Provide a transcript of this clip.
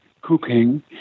cooking